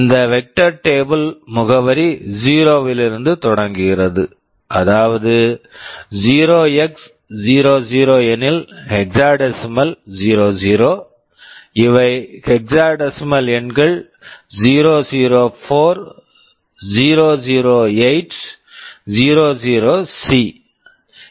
இந்த vector table vector table முகவரி 0 விலிருந்து தொடங்குகிறது அதாவது 0x00 எனில் ஹெக்ஸாடெசிமல் hexadecimal 00 இவை ஹெக்ஸாடெசிமல் hexadecimal எண்கள் 004 008 00சி 00c